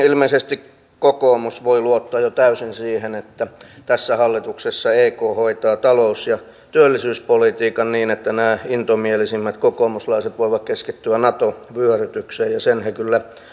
ilmeisesti kokoomus voi luottaa jo täysin siihen että tässä hallituksessa ek hoitaa talous ja työllisyyspolitiikan niin että nämä intomielisimmät kokoomuslaiset voivat keskittyä nato vyörytykseen ja sen he kyllä